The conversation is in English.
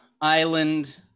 Island